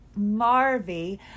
Marvy